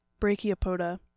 brachiopoda